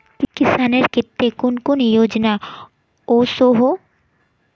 किसानेर केते कुन कुन योजना ओसोहो?